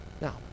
Now